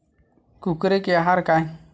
कुकरी के आहार काय?